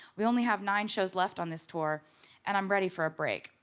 we only have nine shows left on this tour and i'm ready for a break.